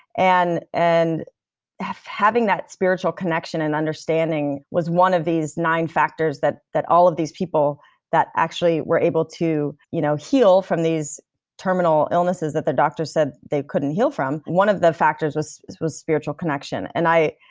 and and having that spiritual connection and understanding, was one of these nine factors that that all of these people that actually were able to you know heal from these terminal illnesses that the doctors said they couldn't heal from one of the factors was was spiritual connection, and i.